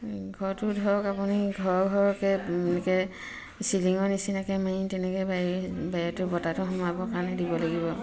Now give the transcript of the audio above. ঘৰটো ধৰক আপুনি ঘৰৰ ঘৰকৈ এনেকৈ চিলিঙৰ নিচিনাকৈ মাৰি তেনেকৈ বায়ু বায়ুটো বতাহটো সোমাবৰ কাৰণে দিব লাগিব